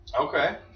Okay